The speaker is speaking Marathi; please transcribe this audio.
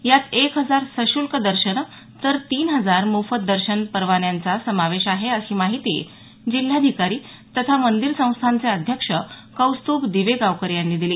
यात एक हजार सशुल्क दर्शनं तर तीन हजार मोफत दर्शन परवान्यांचा समावेश आहे अशी माहिती जिल्हाधिकारी तथा मंदिर संस्थानचे अध्यक्ष कौस्तुभ दिवेगावकर यांनी दिली